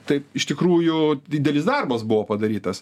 taip iš tikrųjų didelis darbas buvo padarytas